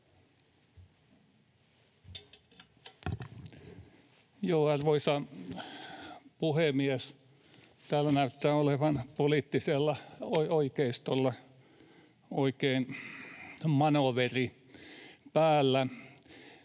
Arvoisa puhemies! Täällä näyttää olevan poliittisella oikeistolla oikein manööveri päällä.